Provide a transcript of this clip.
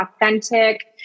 authentic